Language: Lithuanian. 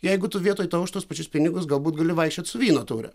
jeigu tu vietoj to už tuos pačius pinigus galbūt gali vaikščiot su vyno taure